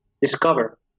Discover